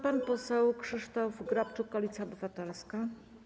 Pan poseł Krzysztof Grabczuk, Koalicja Obywatelska.